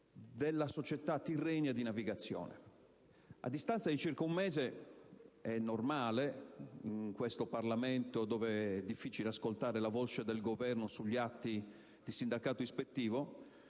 della società Tirrenia di navigazione. A distanza di circa un mese (ed è normale in questo Parlamento, dove è difficile ascoltare la voce del Governo sugli atti di sindacato ispettivo),